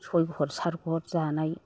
सय घर सात घर जानाय